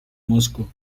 moscow